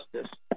justice